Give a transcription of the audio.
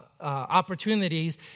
opportunities